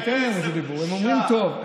תיתן להם רשות דיבור, הם אומרים טוב.